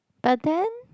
but then